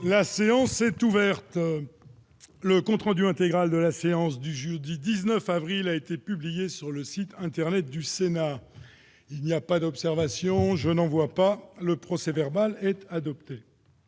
La séance est ouverte. Le compte rendu intégral de la séance du jeudi 19 avril 2018 a été publié sur le site internet du Sénat. Il n'y a pas d'observation ?... Le procès-verbal est adopté.